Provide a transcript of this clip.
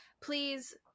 please